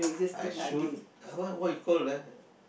I shoot ah wh~ what you call the